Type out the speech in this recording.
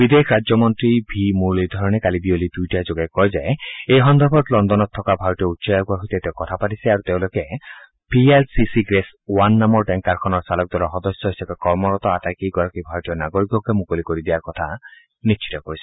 বিদেশ ৰাজ্য মন্ত্ৰী ভি মুৰুলীধৰণে কালি বিয়লি টুইটাৰযোগে কয় যে এই সন্দৰ্ভত লণ্ডনত থকা ভাৰতীয় উচ্চায়োগৰ সৈতে তেওঁ কথা পাতিছে আৰু তেওঁলোকে V L C C Grace one নামৰ টেংকাৰখনৰ চালক দলৰ সদস্য হিচাপে কৰ্মৰত আটাইকেইগৰাকী ভাৰতীয় নাগৰিককো মুকলি কৰি দিয়াৰ কথা নিশ্চিত কৰিছে